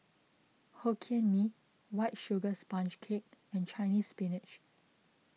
Hokkien Mee White Sugar Sponge Cake and Chinese Spinach